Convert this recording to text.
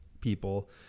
people